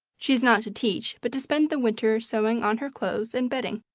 she is not to teach, but to spend the winter sewing on her clothes and bedding,